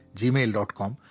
gmail.com